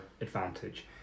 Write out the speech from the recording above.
advantage